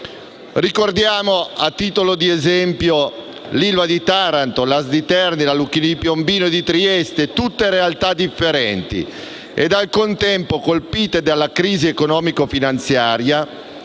ricordiamo, a titolo di esempio, l'ILVA di Taranto, l'AST di Terni, la Lucchini di Piombino e di Trieste; tutte realtà differenti ed, al contempo, colpite dalla crisi economico finanziaria